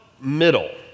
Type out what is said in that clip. middle